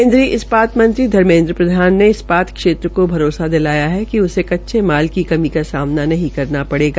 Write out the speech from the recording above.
केन्द्रीय इस्पात मंत्री धर्मेन्द्र प्रधान ने इस्पात क्षेत्र को भरोसा दिलाया है कि उसे कच्चे माल की कमी का सामना नहीं करना पड़ेगा